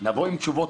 נבוא עם תשובות,